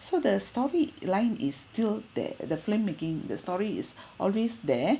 so the storyline is still there the filmmaking the story is always there